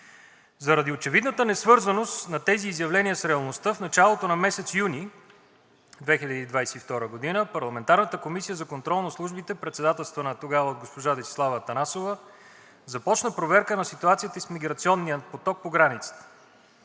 Заради очевидната несвързаност на тези изявления с реалността в началото на месец юни 2022 г. парламентарната Комисия за контрол над службите, председателствана тогава от госпожа Десислава Атанасова, започна проверка на ситуацията с миграционния поток по границите.